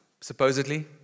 supposedly